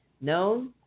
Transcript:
known